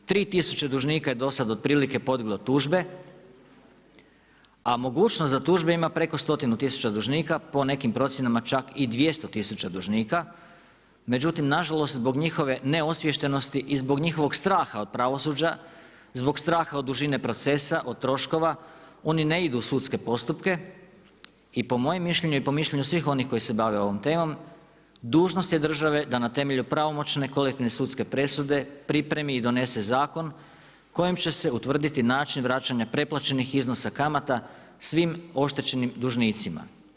U skladu s time, 3000 dužnika je do sada otprilike podnijelo tužbe, a mogućnost da tužbe ima preko 100 tisuća dužnika, po nekim procjenama čak i 200 tisuća dužnika, međutim, na žalost zbog njihove ne osviještenosti i zbog njihovog straha od pravosuđa, zbog straha od dužine procesa, od troškova, oni ne idu u sudske postupke i po mojem mišljenu i po mišljenju svih onih koji se bave ovom temom, dužnost je države da na temelju pravomoćne kolektivne sudske presude, pripremi i donesi zakon kojim će se utvrditi način vraćanja preplaćenih iznosa kamata svim oštećenim dužnicima.